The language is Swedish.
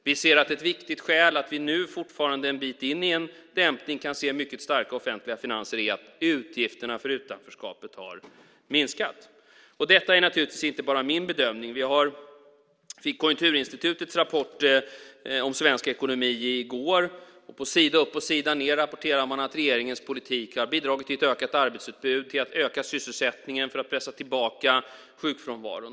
Vi ser att ett viktigt skäl till att vi fortfarande, en bit in i en dämpning, kan se mycket starka offentliga finanser är att utgifterna för utanförskapet har minskat. Detta är naturligtvis inte bara min bedömning. Vi fick Konjunkturinstitutets rapport om svensk ekonomi i går. På sida upp och sida ned rapporterar man att regeringens politik har bidragit till ett ökat arbetsutbud, till att öka sysselsättningen, till att pressa tillbaka sjukfrånvaron.